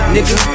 Nigga